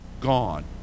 gone